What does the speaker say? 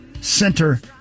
Center